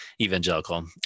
evangelical